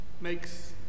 makes